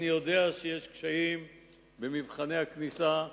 אני יודע שיש קשיים במבחני הכניסה.